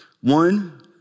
One